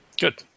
Good